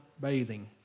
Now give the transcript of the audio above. bathing